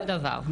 אותו דבר.